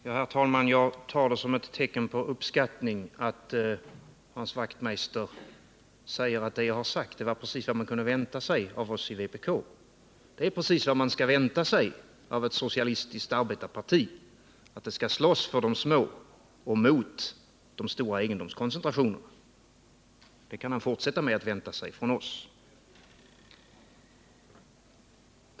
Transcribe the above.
Herr talman! Jag tar det som ett tecken på uppskattning att Hans Wachtmeister säger att det jag sagt var precis vad man kunde vänta sig av oss i vpk. Det är precis vad man skall vänta sig av ett socialistiskt arbetarparti, att det slåss för de små och mot de stora egendomskoncentrationerna. Det kan Hans Wachtmeister fortsätta med att vänta sig från oss.